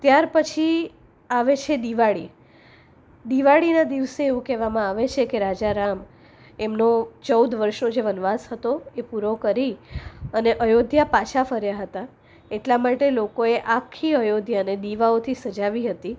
ત્યાર પછી આવે છે દિવાળી દિવાળીના દિવસે એવું કહેવામાં આવે છે કે રાજા રામ એમનો ચૌદ વર્ષનો જે વનવાસ હતો તે પૂરો કરી અને અયોધ્યા પાછા ફર્યા હતા એટલા માટે લોકોએ આખી અયોધ્યાને દીવાઓથી સજાવી હતી